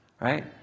right